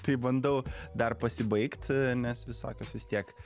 tai bandau dar pasibaigt nes visokios vis tiek